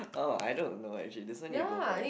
oh I don't know actually this one you go first